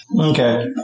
Okay